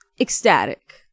ecstatic